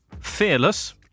Fearless